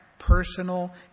personal